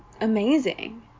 amazing